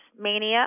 mania